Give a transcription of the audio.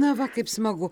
na va kaip smagu